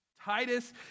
Titus